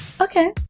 Okay